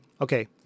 okay